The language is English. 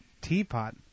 Teapot